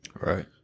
Right